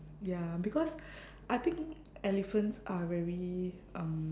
ya because I think elephants are very um